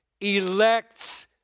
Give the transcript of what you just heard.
elects